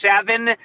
seven